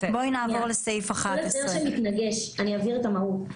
בואי נעבור לסעיף 11. אני אבהיר את המהות.